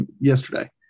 yesterday